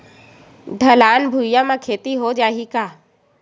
ढलान भुइयां म खेती हो जाही का?